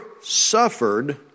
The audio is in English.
suffered